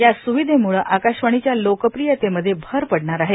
या सुविधेमुळं आकाशवाणीच्या लोकप्रियतेमध्ये भर पडणार आहे